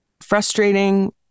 frustrating